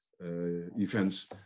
events